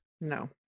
No